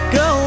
go